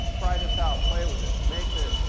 try this out, play with this, make this.